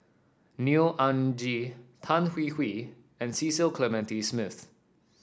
Neo Anngee Tan Hwee Hwee and Cecil Clementi Smith